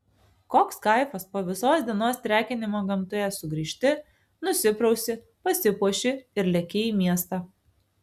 koks kaifas po visos dienos trekinimo gamtoje sugrįžti nusiprausi pasipuoši ir leki į miestą